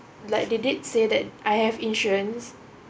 like they did say that I have insurance